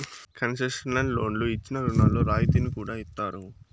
concessional లోన్లు ఇచ్చిన రుణాల్లో రాయితీని కూడా ఇత్తారు